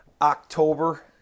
October